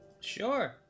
Sure